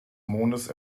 mondes